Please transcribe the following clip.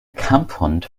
kampfhund